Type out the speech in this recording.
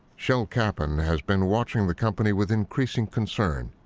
shel kaphan has been watching the company with increasing concern,